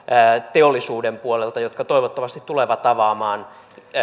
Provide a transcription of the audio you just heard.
teollisuuden puolelta jotka toivottavasti tulevat avaamaan